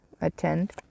attend